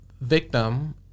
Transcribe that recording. victim